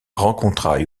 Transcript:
rencontra